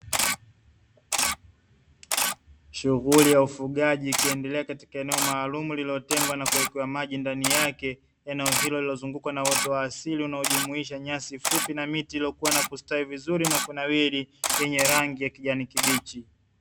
Shughuli ya ufugaji ikiendelea katika eneo maalum lililotengwa na kuwekewa maji ndani yake. Eneo hilo lililozungukwa na uoto wa asili unaojumuisha nyasi fupi, na miti iliyokua na kustawi vizuri, na kunawiri, yenye rangi ya kijani kibichi.